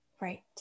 Right